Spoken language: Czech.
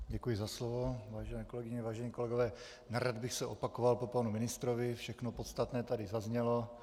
Děkuji za slovo, vážené kolegyně, vážení kolegové, nerad bych se opakoval po panu ministrovi, všechno podstatné tady zaznělo.